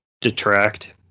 detract